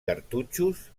cartutxos